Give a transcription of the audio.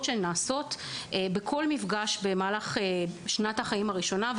שנעשות בכל מפגש במהלך שנת החיים הראשונה.